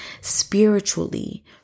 spiritually